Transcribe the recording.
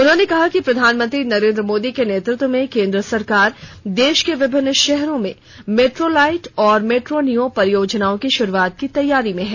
उन्होंने कहा कि प्रधानमंत्री नरेंद्र मोदी के नेतृत्व में केंद्र सरकार देश के विभिन्न शहरों में मेट्रोलाइट और मेट्रोनिओ परियोजनाओं की शुरुआत की तैयारी में है